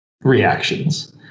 reactions